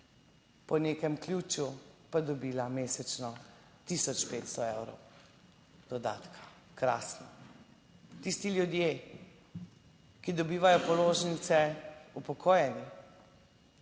po nekem ključu pa dobila mesečno tisoč 500 evrov dodatka. Krasno. Tisti ljudje, ki dobivajo položnice, upokojeni,